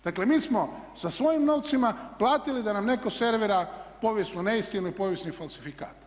Dakle, mi smo sa svojim novcima platili da nam netko servira povijesnu neistinu i povijesni falsifikat.